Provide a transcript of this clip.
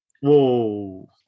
Whoa